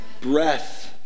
Breath